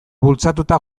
bultzatuta